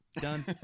done